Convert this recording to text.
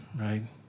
Right